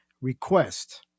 request